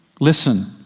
Listen